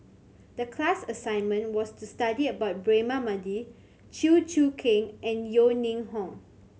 the class assignment was to study about Braema Mathi Chew Choo Keng and Yeo Ning Hong